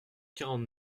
quarante